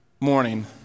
morning